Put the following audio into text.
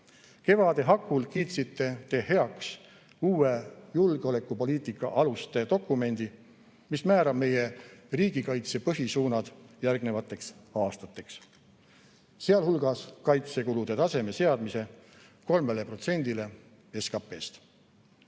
Kevade hakul kiitsite te heaks uue julgeolekupoliitika aluste dokumendi, mis määrab meie riigikaitse põhisuunad järgnevateks aastateks, sealhulgas kaitsekulude taseme seadmise 3%‑le SKT‑st.